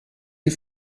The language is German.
die